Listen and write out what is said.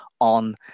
on